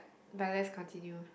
but let's continue